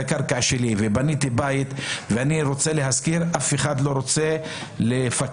הקרקע שלי בית ואני רוצה להשכיר אף אחד לא רוצה לפקח